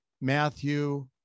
Matthew